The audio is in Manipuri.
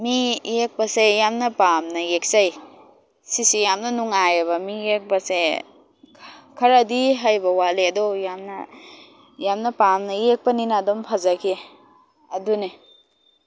ꯃꯤ ꯌꯦꯛꯄꯁꯦ ꯌꯥꯝꯅ ꯄꯥꯝꯅ ꯌꯦꯛꯆꯩ ꯁꯤꯁꯦ ꯌꯥꯝꯅ ꯅꯨꯡꯉꯥꯏꯌꯦꯕ ꯃꯤ ꯌꯦꯛꯄꯁꯦ ꯈꯔꯗꯤ ꯍꯩꯕ ꯋꯥꯠꯂꯦ ꯑꯗꯣ ꯌꯥꯝꯅ ꯌꯥꯝꯅ ꯄꯥꯝꯅ ꯌꯦꯛꯄꯅꯤꯅ ꯑꯗꯨꯝ ꯐꯖꯈꯤ ꯑꯗꯨꯅꯦ